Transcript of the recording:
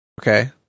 Okay